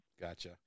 Gotcha